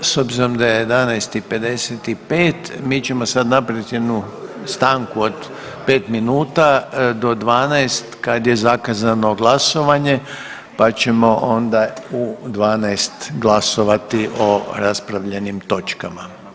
S obzirom da je 11,55 mi ćemo sad napraviti jednu stanku od pet minuta do 12,00 kad je zakazano glasovanje pa ćemo onda u 12,00 glasovati o raspravljenim točkama.